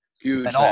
Huge